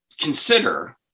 consider